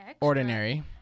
Ordinary